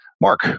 Mark